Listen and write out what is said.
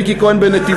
וריקי כהן בנתיבות,